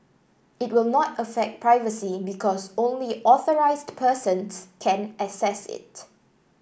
it will not affect privacy because only authorised persons can access it